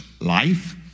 Life